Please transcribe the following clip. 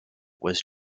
was